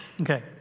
Okay